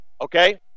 okay